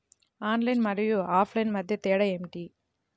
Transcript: Online మరియు offline మధ్య తేడా ఏమిటీ?